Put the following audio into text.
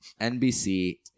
NBC